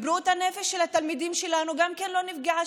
ובריאות הנפש של התלמידים שלנו גם כן לא נפגעה,